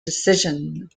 decision